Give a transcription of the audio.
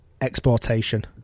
exportation